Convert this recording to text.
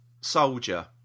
soldier